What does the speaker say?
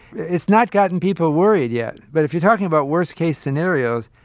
it's not gotten people worried yet. but if you're talking about worst-case scenarios,